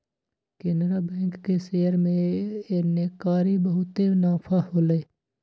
Canara bank के share में एन्नेकारी बहुते नफा होलई